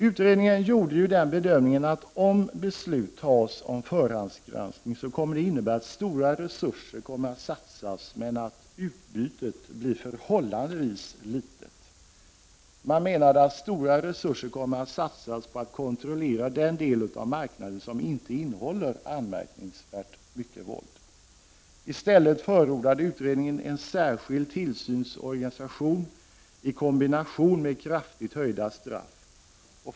Utredningen gjorde den bedömningen att om beslut fattas om förhandsgranskning kommer det att innebära att stora resurser kommer att satsas men att utbytet blir förhållandevis litet. Utredningen menade att stora resurser kommer att satsas på att kontrollera den del av marknaden som inte innehåller anmärkningsvärt mycket våld. I stället förordade utredningen en särskild tillsynsorganisation i kombination med kraftigt höjda straff.